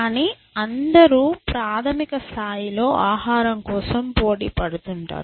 కానీ అందరూ ప్రాథమిక స్థాయిలో ఆహారం కోసం పోటీ పడుతున్నారు